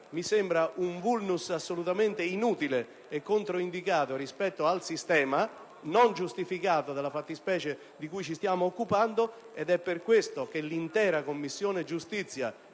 Mi sembra *un vulnus* assolutamente inutile, controindicato per il sistema e non giustificato dalla fattispecie di cui ci stiamo occupando. È questa la ragione per cui l'intera Commissione giustizia